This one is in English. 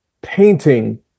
Painting